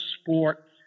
sport